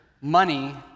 money